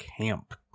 Camp